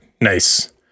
nice